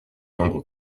nombre